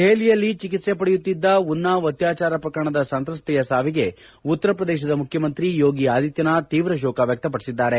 ದೆಹಲಿಯಲ್ಲಿ ಚಿಕಿತ್ಸೆ ಪಡೆಯುತ್ತಿದ್ದ ಉನ್ನಾವ್ ಅತ್ಯಾಚಾರ ಪ್ರಕರಣದ ಸಂತ್ರಸ್ತೆಯ ಸಾವಿಗೆ ಉತ್ತರಪ್ರದೇಶದ ಮುಖ್ಯಮಂತ್ರಿ ಯೋಗಿ ಆದಿತ್ಯನಾಥ್ ತೀವ್ರ ಶೋಕ ವ್ಯಕ್ತಪಡಿಸಿದ್ದಾರೆ